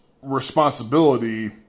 responsibility